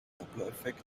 dopplereffekt